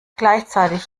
gleichzeitig